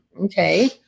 Okay